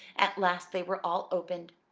at last they were all opened,